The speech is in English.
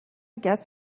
guess